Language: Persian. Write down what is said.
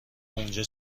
اونجا